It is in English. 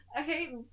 Okay